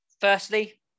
firstly